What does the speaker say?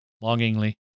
Longingly